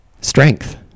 strength